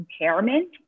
impairment